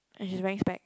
and she's wearing specs